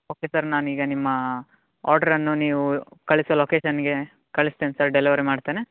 okay sir ನಾನು ಈಗ ನಿಮ್ಮ ಆರ್ಡ್ರನ್ನು ನೀವು ಕಳಿಸೋ ಲೊಕೇಶನ್ಗೆ ಕಳಿಸ್ತೇನೆ ಸರ್ ಡೆಲವರಿ ಮಾಡ್ತೇನೆ